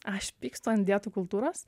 aš pykstu ant dietų kultūros